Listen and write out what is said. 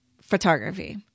photography